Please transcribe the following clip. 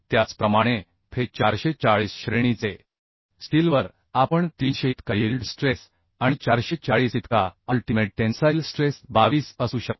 त्याचप्रमाणे fe 440 श्रेणीचे स्टीलवर आपण 300 इतका यील्ड स्ट्रेस आणि 440 इतका अल्टीमेट टेन्साइल स्ट्रेस 22 असू शकतो